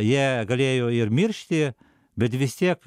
jie galėjo ir miršti bet vis tiek